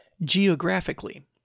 Geographically